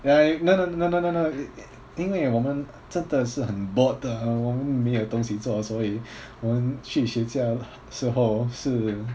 I no no no no no no 因为我们真的是很 bored 的 uh 我们没有东西做所以我们去睡觉时候是